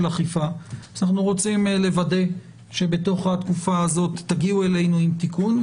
אכיפה ואנחנו רוצים לוודא שבתוך התקופה הזאת תגיעו אלינו עם תיקון.